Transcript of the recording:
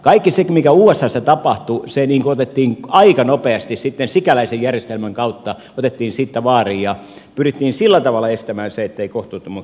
kaikki se mikä usassa tapahtui siitä aika nopeasti sitten sikäläisen järjestelmän kautta otettiin vaarin ja pyrittiin sillä tavalla estämään se ettei kohtuuttomuuksia synny